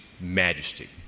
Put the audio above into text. majesty